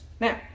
Now